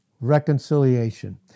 reconciliation